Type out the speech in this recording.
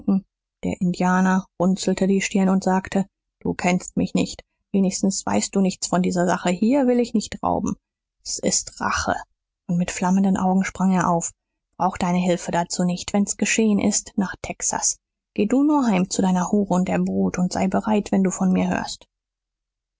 der indianer runzelte die stirn und sagte du kennst mich nicht wenigstens weißt du nichts von dieser sache hier will ich nicht rauben s ist rache und mit flammenden augen sprang er auf brauch deine hilfe dazu nicht wenn's geschehen ist nach texas geh du nur heim zu deiner hure und der brut und sei bereit wenn du von mir hörst